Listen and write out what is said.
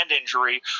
injury